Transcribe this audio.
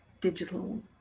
digital